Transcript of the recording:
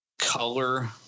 color